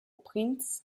prince